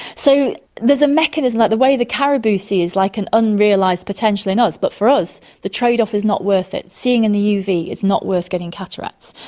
so there's a mechanism, like the way the caribou sees, like an unrealised potential in us, but for us the trade-off is not worth it. seeing in the uv is not worth getting cataracts.